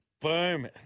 Boom